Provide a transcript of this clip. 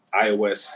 iOS